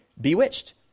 bewitched